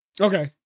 Okay